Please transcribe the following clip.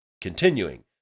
Continuing